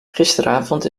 gisteravond